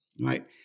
right